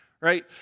right